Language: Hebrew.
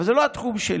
אבל זה לא התחום שלי.